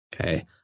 okay